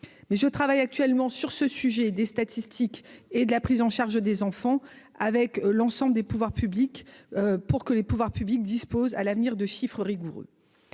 je travaille actuellement sur ce sujet et des statistiques et de la prise en charge des enfants avec l'ensemble des pouvoirs publics pour que les pouvoirs publics disposent à l'avenir de chiffres rigoureux,